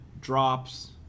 drops